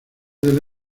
del